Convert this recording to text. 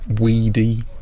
weedy